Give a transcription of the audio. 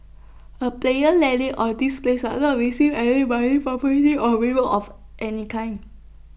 A player landing on this place are not receive any money property or reward of any kind